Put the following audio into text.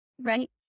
right